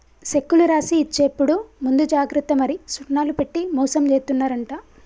సెక్కులు రాసి ఇచ్చేప్పుడు ముందు జాగ్రత్త మరి సున్నాలు పెట్టి మోసం జేత్తున్నరంట